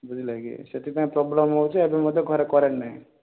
ବୁଝିଲେ କି ସେଥିପାଇଁ ପ୍ରୋବଲେମ୍ ହେଉଛି ଏବେ ମଧ୍ୟ ଘରେ କରେଣ୍ଟ୍ ନାହିଁ